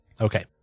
Okay